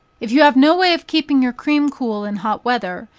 if you have no way of keeping your cream cool in hot weather,